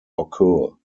occur